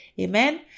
Amen